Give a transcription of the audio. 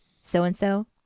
so-and-so